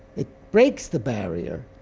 it breaks the barrier.